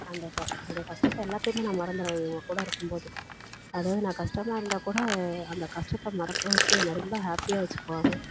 அந்த கஷ் என்னுடைய கஷ்டத்த எல்லாத்தையுமே நான் மறந்துவிடுவேன் இவங்கக் கூட இருக்கும் போது அதாவது நான் கஷ்டமா இருந்தால் கூட அந்த கஷ்டத்த மறக்க வெச்சி என்னை ரொம்ப ஹேப்பியாக வெச்சிக்குவாங்க